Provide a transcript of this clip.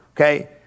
Okay